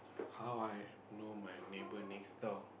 how I know my neighbour next door